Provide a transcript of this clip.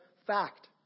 fact